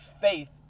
faith